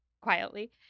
quietly